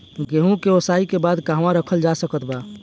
गेहूँ के ओसाई के बाद कहवा रखल जा सकत बा?